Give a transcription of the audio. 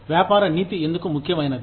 వ్యాపార నీతి ఎందుకు ముఖ్యమైనది